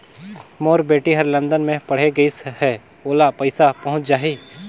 मोर बेटी हर लंदन मे पढ़े गिस हय, ओला पइसा पहुंच जाहि?